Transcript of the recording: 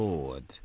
Lord